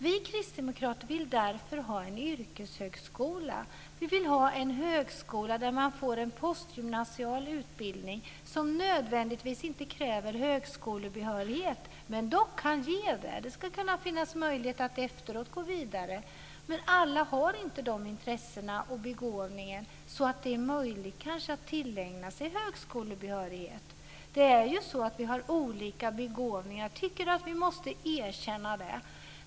Vi kristdemokrater vill därför ha en yrkeshögskola. Vi vill ha en högskola där man får en postgymnasial utbildning som inte nödvändigtvis kräver högskolebehörighet men som dock kan ge det. Det skulle kunna finnas möjlighet att efteråt gå vidare. Men alla har inte de intressen och den begåvning som gör det möjligt att tillägna sig högskolebehörighet. Det är ju så att vi har olika begåvningar. Jag tycker att vi måste erkänna det.